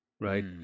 right